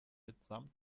mitsamt